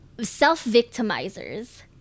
self-victimizers